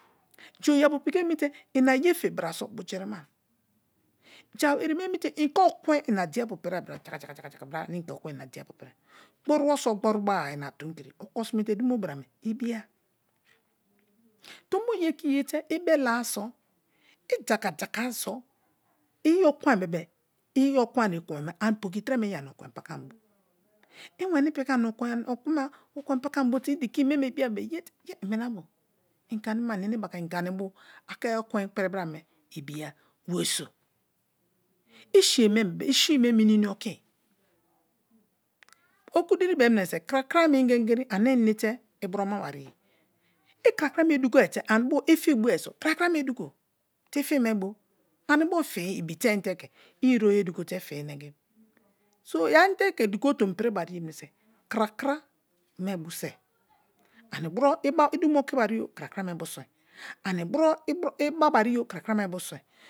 Ja oyapu piki emi te ina ye fi bra so bujirimai, ja ereme emi te i ke ekwen ina diapu prebra shagashaga bra ane inke ekwen ina diapu pre gboruboso gborubo-a ina tonikiri me bo oko sime te dumo bra me ibiya tombo ye ke iyete ibelara so, idaka-daka so, i ekwen bebe-e i ekwen ekwen me ani piki tre me i ani ekwen pakama i piki ani ekwen me ekwen pakam bote i dikim mem ibiya be-e, ye iminabo inganima ani enebaka inganibo a ke ekwen ipiri bra me ibiya were so i siye mie-bene-e i si me mini oki oku diri be-em mineso krakrame ingegeri ane enete ibroma wave i krakra me dugesi te ani bo i fi bo so krakra me dugo te i fi me bo ani bo fii ibiteim te ke i iroye dugo te fiim nengim so yeri a inete ke dugo tomi pri bariye mineso krakra me bo se anibro iba idumo okibario krakra me bo se anibro ibabario krakra me bo se.